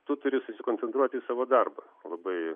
tu turi susikoncentruoti į savo darbą labai